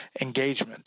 engagement